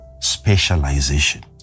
specialization